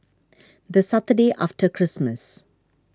the Saturday after Christmas